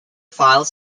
file